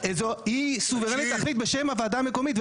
היא סוברנית להחליט בשם הוועדה המקומית.